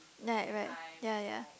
net right ya ya